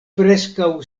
preskaŭ